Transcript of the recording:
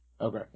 Okay